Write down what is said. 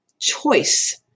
choice